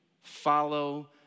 Follow